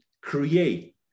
create